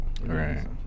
right